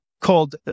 called